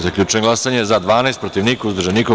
Zaključujem glasanje: za – 11, protiv – niko, uzdržanih – nema.